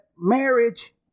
marriage